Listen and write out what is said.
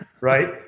right